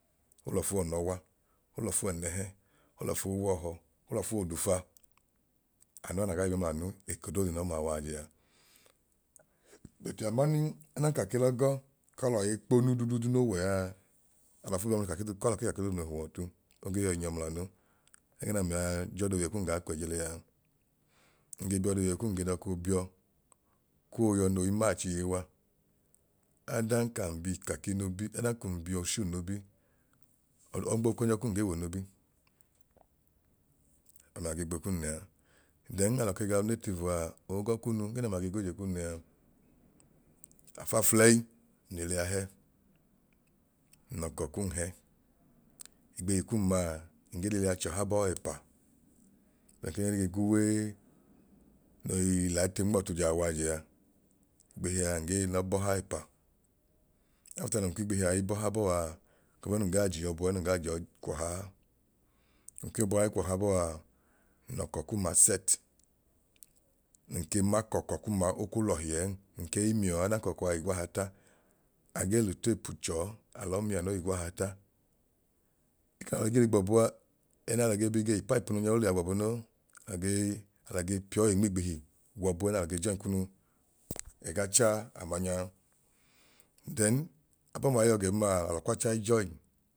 Olọfu w'ọnọwa olọfu w'ẹnẹhẹ olọfu w'uwọọhọ olọfu w'odufa anua na gaa nyọ mlanu eko doodu n'ọma waajẹ a. But amanin odan ka ke l'ọgọ u kọlọ eikponu duduudu no wẹ aa alọfu biyọ ml'ikaki doodu kọlọk'ikaki doodu noo huọ ọtu ogee yọi nyọ mlanu ẹgẹ n'aami a j'ọdo w'iye kum gaa kwẹji lẹaa nge bi ọdoo w'iye kum nge dọọ ko biyọ koo yọ noi match iiwa. Adan kan bi ikaki nobi adan kun bi ushuu nobiọ ọngboo kwẹnyọ kum gee w'onobi amia ge gboko kum lẹa. Then alọ ke ga unativ aa oo gọ kunu ẹgẹ na ami a ge g'ooje kum lẹaa, afaafulẹyi nli ili a hẹ nlọkọ kum hẹ igbihi kum aa ngee l'ilia chọha bọọẹpa bẹẹ kẹ gẹẹ ne ge g'uwe nei l'ate nmọọtu jaa waajẹ aa igbihi a ngee lọ bọha ọpa. After nun kw'igbihi ai bọha bọaa gbọbu ẹẹ nun gaa j'iyọbu ẹẹ nun gaa jọọ kwọhaa. Nkwọbu ai kwọha bọaa, nlọkọ kuma set nun ke ma k'ọkọ kum ma okwu lọhi ẹẹn nkei miọọ odan k'ọkọ a ow'igwaahata, a gee l'uteepu chọọ alọ mia no w'igwaahata eko n'alọ igiili gbọbu aa, ẹna alọ ge bi ge le paipu nu nyaa, oliya gbọbu non agee age piyọọ eyi nmiigbihi gbọbu ẹẹ n'alọ ge join kunu ẹgacha amanyaa. Then abọọma iyọ gẹn maa alọ kwacha join